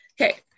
Okay